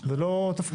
זה לא תפקידו.